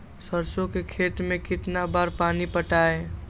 सरसों के खेत मे कितना बार पानी पटाये?